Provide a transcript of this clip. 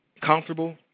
comfortable